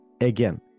again